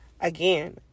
again